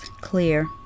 clear